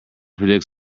predicts